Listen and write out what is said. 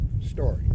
story